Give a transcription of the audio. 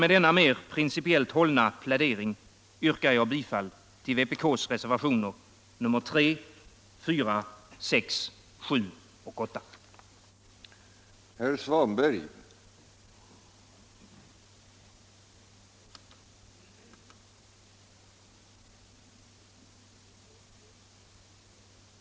Med denna mer principiellt hållna plädering yrkar jag bifall till vpk:s reservationer nr 3, 4, 6, 7 och 8.